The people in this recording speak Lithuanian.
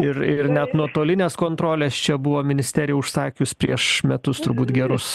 ir ir net nuotolinės kontrolės čia buvo ministerija užsakius prieš metus turbūt gerus